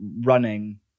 running